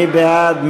מי בעד?